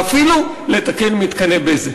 ואפילו לתקן מתקני "בזק".